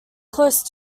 close